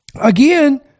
again